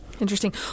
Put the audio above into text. Interesting